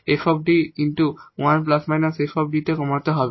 𝑓 𝐷 1 ± 𝐹 𝐷 তে কমাতে হবে